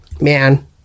Man